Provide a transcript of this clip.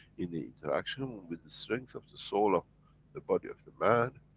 in the interaction with the strength of the soul of the body of the man,